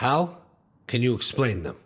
how can you explain them